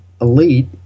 elite